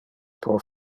pro